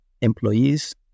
employees